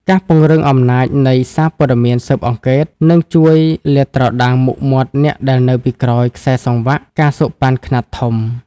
ការពង្រឹង "អំណាចនៃសារព័ត៌មានស៊ើបអង្កេត" នឹងជួយលាតត្រដាងមុខមាត់អ្នកដែលនៅពីក្រោយខ្សែសង្វាក់ ការសូកប៉ាន់ ខ្នាតធំ។